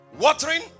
Watering